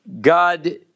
God